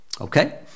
Okay